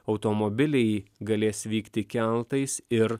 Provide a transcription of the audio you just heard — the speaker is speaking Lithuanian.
automobiliai galės vykti keltais ir